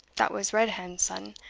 that was red-hand's son,